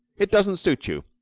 it doesn't suit you.